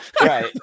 Right